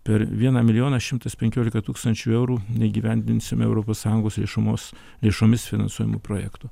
per vieną milijoną šimtas penkiolika tūkstančių eurų neįgyvendinsime europos sąjungos viešumos lėšomis finansuojamų projektų